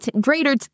greater